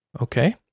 Okay